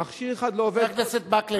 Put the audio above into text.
חבר הכנסת מקלב,